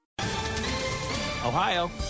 Ohio